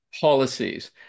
policies